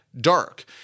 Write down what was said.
dark